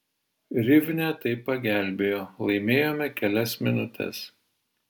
rivne tai pagelbėjo laimėjome kelias minutes